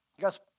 Guys